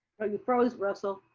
you froze russell.